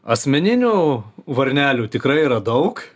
asmeninių varnelių tikrai yra daug